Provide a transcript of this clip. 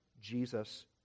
Jesus